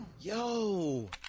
Yo